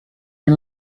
and